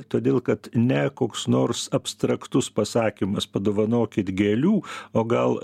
todėl kad ne koks nors abstraktus pasakymas padovanokit gėlių o gal